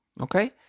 okay